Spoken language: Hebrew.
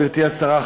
גברתי השרה,